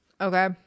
Okay